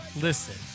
Listen